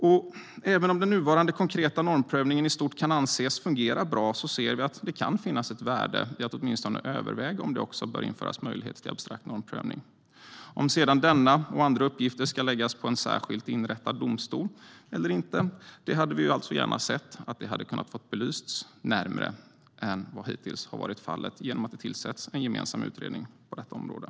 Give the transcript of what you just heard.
Även om den nuvarande konkreta normprövningen i stort kan anses fungera bra ser vi att det kan finnas ett värde i att åtminstone överväga om det också bör införas möjlighet till abstrakt normprövning. Om sedan denna och andra uppgifter ska läggas på en särskilt inrättad domstol eller inte hade vi gärna sett hade fått belysas närmare än vad som hittills har varit fallet genom att det tillsätts en gemensam utredning på detta område.